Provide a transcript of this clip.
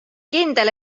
kindel